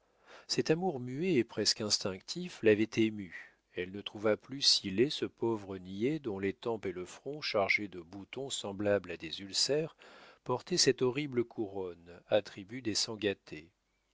cet amour muet et presque instinctif l'avait émue elle ne trouva plus si laid ce pauvre niais dont les tempes et le front chargés de boutons semblables à des ulcères portaient cette horrible couronne attribut